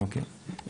אוקיי.